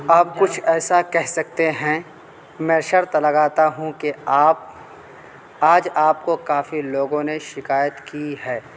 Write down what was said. آپ کچھ ایسا کہہ سکتے ہیں میں شرط لگاتا ہوں کہ آپ آج آپ کو کافی لوگوں نے شکایت کی ہے